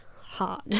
hard